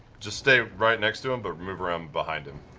just stay right next to him, but move around behind him.